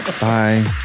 Bye